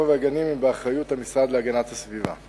והגנים היא באחריות המשרד להגנת הסביבה.